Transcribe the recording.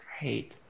Great